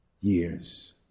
years